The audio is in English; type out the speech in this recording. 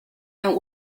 and